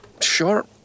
sure